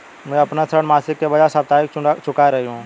मैं अपना ऋण मासिक के बजाय साप्ताहिक चुका रही हूँ